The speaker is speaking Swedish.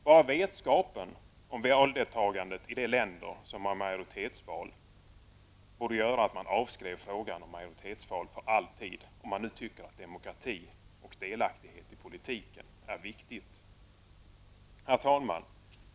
Bara vetskapen om valdeltagandet i de länder som har majoritetsval borde göra att man avskrev frågan om majoritetsval för all tid, om man nu tycker att demokrati och delaktighet i politiken är viktiga. Herr talman!